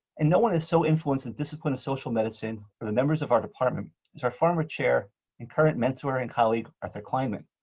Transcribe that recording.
and no one has so influenced the discipline of social medicine or the members of our department as our former chair and current mentor and colleague, arthur kleinman.